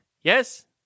yes